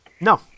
No